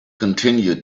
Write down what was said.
continued